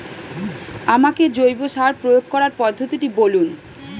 আমাকে জৈব সার প্রয়োগ করার পদ্ধতিটি বলুন?